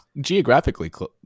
geographically